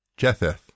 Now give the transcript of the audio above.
Jetheth